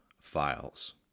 Files